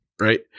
Right